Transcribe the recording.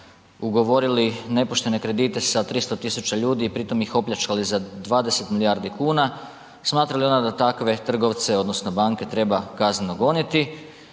ugovorili nepoštene kredite sa 300 tisuća ljudi i pritom ih opljačkali za 20 milijardi kuna, smatra li ona da takve trgovce, odnosno banke treba kazneno goniti